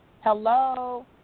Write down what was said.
Hello